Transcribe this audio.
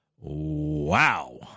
Wow